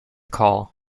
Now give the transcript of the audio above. call